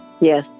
Yes